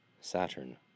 Saturn